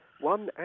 One